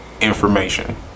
information